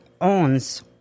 owns